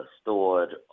stored